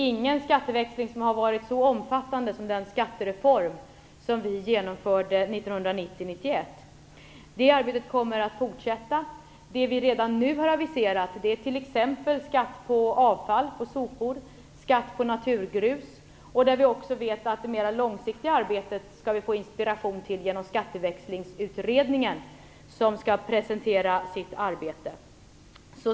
Ingen skatteväxling har varit så omfattande som den skattereform som vi genomförde 1990/91. Det arbetet kommer att fortsätta. Vi har redan nu aviserat skatt på avfall, på sopor, och skatt på naturgrus. Vi vet också att vi skall få inspiration till det mer långsiktiga arbetet genom Skatteväxlingsutredningen, som så småningom kommer att presentera sitt arbete.